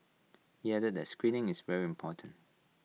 he added that screening is very important